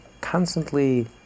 constantly